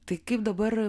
tai kaip dabar